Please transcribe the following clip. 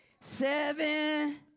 seven